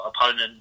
opponent